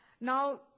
Now